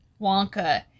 Wonka